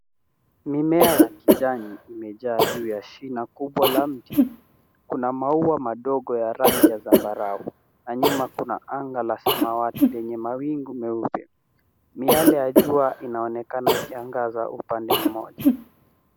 Mimea ya kijani imejaa juu ya shina kubwa la mti Kuna mauwa madogo ya rangi ya zambarau na nyuma kuna anga la samawati lenye mawingu meupe. Miale ya jua inaonekana ikiangaza upande mmoja.